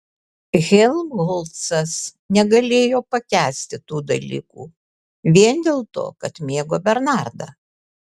helmholcas negalėjo pakęsti tų dalykų vien dėl to kad mėgo bernardą